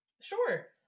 Sure